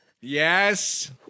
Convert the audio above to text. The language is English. Yes